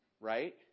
right